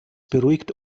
beruhigt